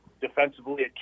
defensively